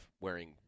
wearing